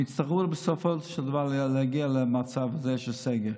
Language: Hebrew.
ויצטרכו בסופו של דבר להגיע למצב הזה של סגר.